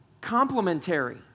complementary